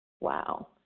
Wow